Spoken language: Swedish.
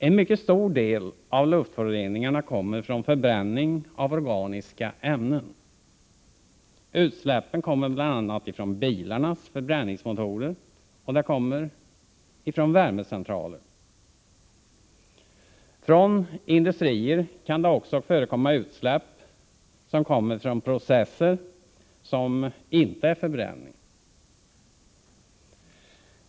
En mycket stor del av luftföroreningarna kommer från förbränning av organiska ämnen. Utsläppen kommer bl.a. från bilarnas förbränningsmotorer och från värmecentraler. I industrier kan det också förekomma utsläpp från processer som inte är förbränning.